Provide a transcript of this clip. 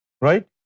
Right